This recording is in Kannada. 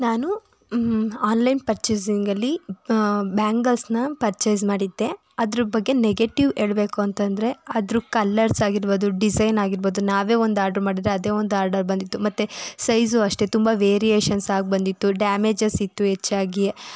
ನಾನು ಆನ್ಲೈನ್ ಪರ್ಚೇಸಿಂಗಲ್ಲಿ ಬ್ಯಾಂಗಲ್ಸನ್ನ ಪರ್ಚೇಸ್ ಮಾಡಿದ್ದೆ ಅದರ ಬಗ್ಗೆ ನೆಗೆಟಿವ್ ಹೇಳಬೇಕು ಅಂತಂದರೆ ಅದರ ಕಲ್ಲರ್ಸಾಗಿರ್ಬೋದು ಡಿಸೈನಾಗಿರ್ಬೋದು ನಾವೇ ಒಂದು ಆರ್ಡ್ರ್ ಮಾಡಿದರೆ ಅದೇ ಒಂದು ಆರ್ಡರ್ ಬಂದಿತ್ತು ಮತ್ತು ಸೈಝು ಅಷ್ಟೇ ತುಂಬ ವೆರಿಯೇಶನ್ಸಾಗಿ ಬಂದಿತ್ತು ಡ್ಯಾಮೇಜಸಿತ್ತು ಹೆಚ್ಚಾಗಿ